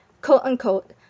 quote-unquote